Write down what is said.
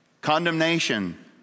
condemnation